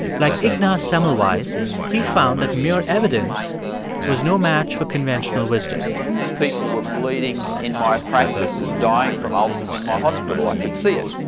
like ignaz semmelweis, he found that mere evidence was no match for conventional wisdom people were bleeding in my practice and dying from ulcers in my hospital. i could see it.